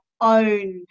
own